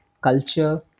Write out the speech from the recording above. culture